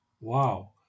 Wow